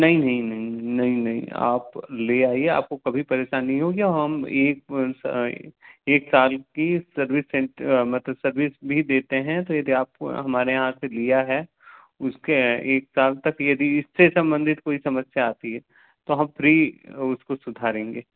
नहीं नहीं नहीं नहीं नहीं आप ले आइए आपको कभी परशानी होगी हम एक वन सा एक साल की सरविस सेंट मतलब सरविस भी देते हैं तो यदी आपको हमारे यहाँ से लिया है उसके एक साल तक यदी इससे समबंधित कोई समस्या आती है तो हम फ्री उसको सुधारेंगे